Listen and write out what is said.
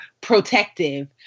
protective